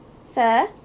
Sir